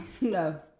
No